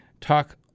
talk